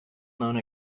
known